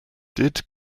did